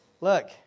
Look